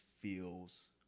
feels